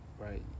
right